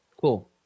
Cool